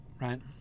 right